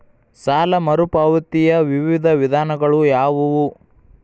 ಸಾಲ ಮರುಪಾವತಿಯ ವಿವಿಧ ವಿಧಾನಗಳು ಯಾವುವು?